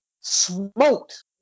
Smoked